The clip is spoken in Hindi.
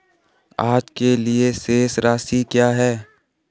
आज के लिए शेष राशि क्या है?